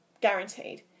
Guaranteed